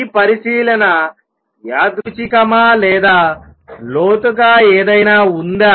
ఈ పరిశీలన యాదృచ్చికమా లేదా లోతుగా ఏదైనా ఉందా